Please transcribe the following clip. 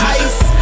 ice